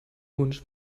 wunsch